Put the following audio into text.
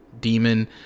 demon